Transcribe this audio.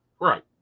Right